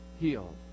healed